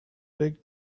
big